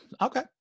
okay